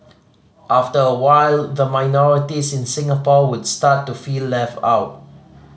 after a while the minorities in Singapore would start to feel left out